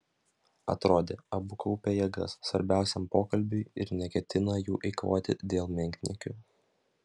atrodė abu kaupia jėgas svarbiausiam pokalbiui ir neketina jų eikvoti dėl menkniekių